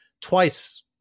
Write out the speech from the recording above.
twice